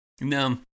no